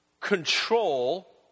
control